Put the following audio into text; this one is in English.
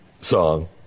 song